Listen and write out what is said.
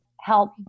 help